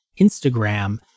Instagram